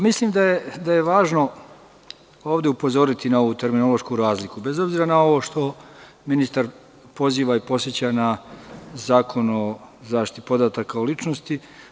Mislim da je važno ovde upozoriti na ovu terminološku razliku, bez obzira na ovo što ministar poziva i podseća na Zakon o zaštiti podataka o ličnosti.